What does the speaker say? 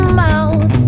mouth